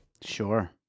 Sure